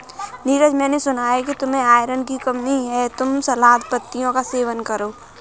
नीरज मैंने सुना कि तुम्हें आयरन की कमी है तुम सलाद पत्तियों का सेवन करो